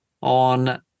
on